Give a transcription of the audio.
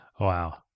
Wow